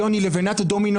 יש פה נושא חדש לגמרי.